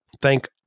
thank